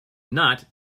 not